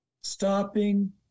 stopping